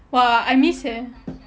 !wah! I miss eh